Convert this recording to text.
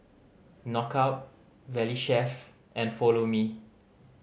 Knockout Valley Chef and Follow Me